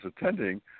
attending